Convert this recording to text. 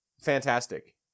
fantastic